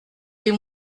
les